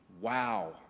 Wow